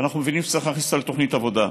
אנחנו מבינים שצריך להכניס אותה לתוכנית עבודה.